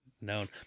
known